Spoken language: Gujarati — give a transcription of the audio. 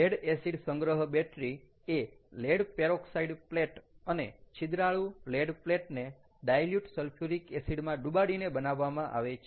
લેડ એસિડ સંગ્રહ બેટરી એ લેડ પેરોક્સાઈડ પ્લેટ અને છિદ્રાળુ લેડ પ્લેટ ને ડાઈલ્યુટ સલ્ફ્યુરિક એસિડ માં ડુબાડીને બનાવવામાં આવે છે